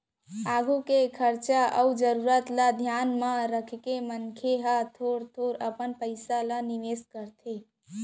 आघु के खरचा अउ जरूरत ल धियान म रखके मनसे ह थोर थोर अपन पइसा ल निवेस करथे